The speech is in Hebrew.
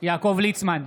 יעקב ליצמן,